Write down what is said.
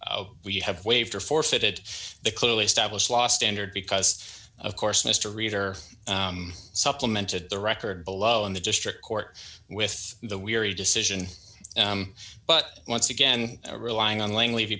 we have waived or forfeited the clearly established law standard because of course mr reeder supplemented the record below in the district court with the weary decision but once again relying on langley